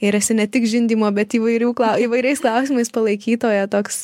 ir esi ne tik žindymo bet įvairių įvairiais klausimais palaikytoja toks